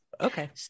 Okay